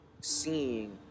seeing